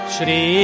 Shri